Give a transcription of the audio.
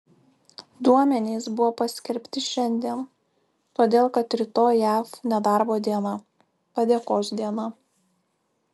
duomenys buvo paskelbti šiandien todėl kad rytoj jav nedarbo diena padėkos diena